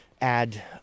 add